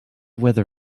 weather